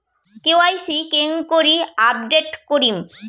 KYC কেঙ্গকরি update করিম?